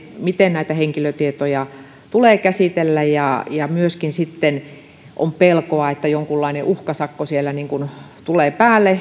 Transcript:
miten henkilötietoja tulee käsitellä myöskin on pelkoa että jonkunlainen uhkasakko sieltä tulee